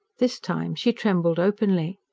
this time, she trembled openly.